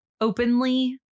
openly